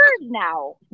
now